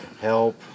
help